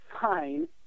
fine